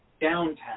downtown